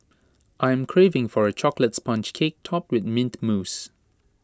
I am craving for A Chocolate Sponge Cake Topped with Mint Mousse